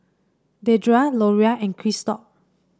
Dedra Loria and Christop